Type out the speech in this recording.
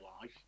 life